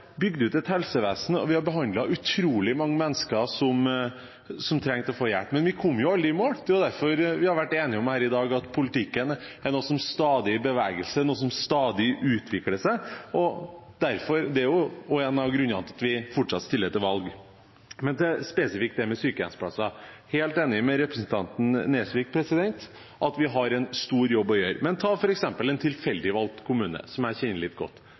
bygd ut et helsevesen og behandlet utrolig mange mennesker som trengte å få hjelp. Men vi kom aldri i mål, og det er derfor vi i dag har vært enige om at politikken er noe som stadig er i bevegelse og utvikler seg. Det er en av grunnene til at vi fortsatt stiller til valg. Spesifikt til det om sykehjemsplasser: Jeg er helt enig med representanten Nesvik i at vi har en stor jobb å gjøre. Men la oss ta en tilfeldig valgt kommune som jeg kjenner litt godt,